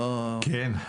כן.